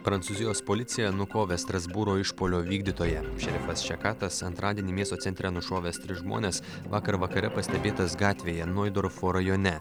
prancūzijos policija nukovė strasbūro išpuolio vykdytoją šerifas šekatas antradienį miesto centre nušovęs tris žmones vakar vakare pastebėtas gatvėje noidorfo rajone